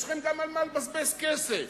יש לכם על מה לבזבז כסף.